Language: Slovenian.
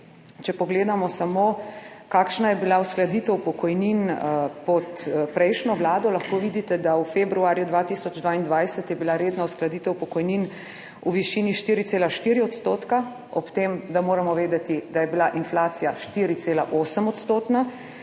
če pogledamo samo kakšna je bila uskladitev pokojnin pod prejšnjo Vlado, lahko vidite, da v februarju 2022 je bila redna uskladitev pokojnin v višini 4,4 %, ob tem, da moramo vedeti, da je bila inflacija 4,8 odstotna.